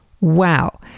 Wow